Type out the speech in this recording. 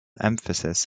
emphasis